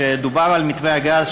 שכשדובר על מתווה הגז,